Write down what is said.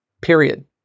period